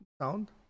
sound